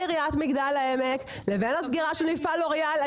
עיריית מגדל העמק לבין הסגירה של מפעל לוריאל,